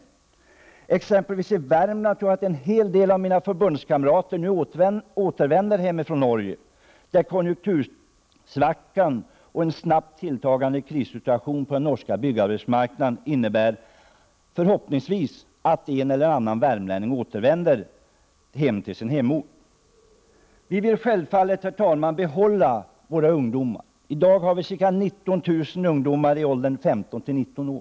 I exempelvis Värmland tror vi att en hel del av våra förbundskamrater nu återvänder hem ifrån Norge där konjunktursvackan och en snabbt tilltagande krissituation på den norska byggarbetsmarknaden förhoppningsvis innebär att en eller annan värmlänning återvänder hem till sin hemort. Vi vill självfallet behålla våra ungdomar i länet. I dag har vi ca 19 000 ungdomar i åldern 15-19 år.